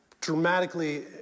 dramatically